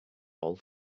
all